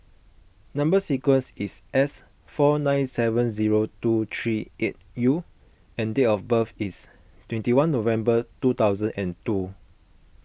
Number Sequence is S four nine seven zero two three eight U and date of birth is twenty one November two thousand and two